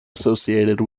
associated